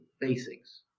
basics